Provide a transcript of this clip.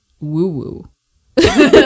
Woo-woo